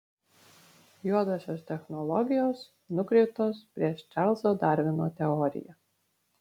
juodosios technologijos nukreiptos prieš čarlzo darvino teoriją